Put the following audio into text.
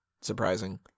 surprising